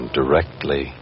directly